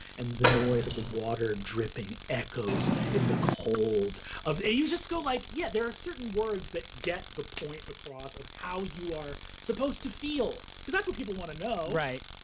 and the noise of the water dripping echoes in the cold. and you just go like, yeah, there are certain words that get the point across of how you are supposed to feel because that's what people wanna know. right,